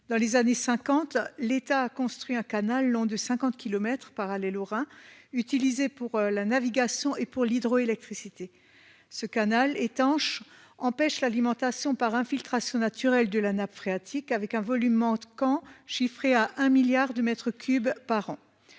dans les années 50, l'État a construit un canal long de 50 km par aller. Utilisés pour la navigation et pour l'hydroélectricité ce canal étanche empêche l'alimentation par infiltration naturel de la nappe phréatique, avec un volume manquant chiffré à un milliard de mètres cubes par an.